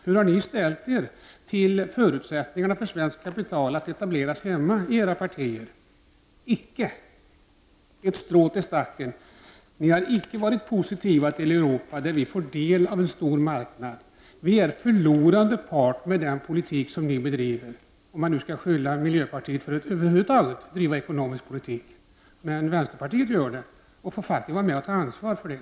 Hur har ni i era partier skapat förutsättningar för svensk kapital att etableras hemma? Icke ett strå till stacken! Ni har icke varit positiva till Europa, där vi får del av en stor marknad. Vi är en förlorande part med den politik som ni bedriver -- om man nu skall skylla miljöpartiet för att över huvud taget driva ekonomiskt politik. Men vänsterpartiet gör det, och får faktiskt vara med och ta ansvar för det.